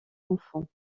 enfant